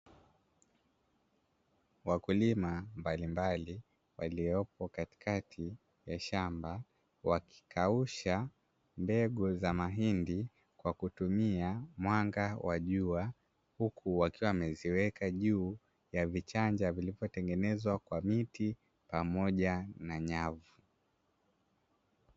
Wakulima mbalimbali waliopo katikati ya shamba wakikausha mbegu za mahindi kwa kutumia mwanga wa jua, huku wakiwa wameziweka juu ya vichanja vilivyotengenezwa kwa miti pamoja na nyavu.